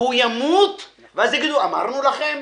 והוא ימות, ואז יגידו אמרנו לכם.